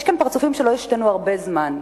יש כאן פרצופים שלא השתנו הרבה זמן.